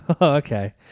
okay